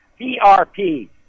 PRP